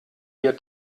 wir